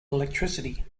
electricity